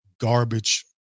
garbage